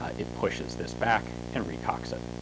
ah it pushes this back and re-cocks it.